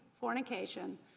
fornication